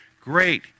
great